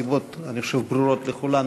מסיבות ברורות לכולנו,